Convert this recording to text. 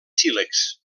sílex